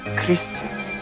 christians